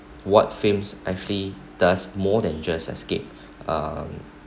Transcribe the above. what films actually does more than just escape um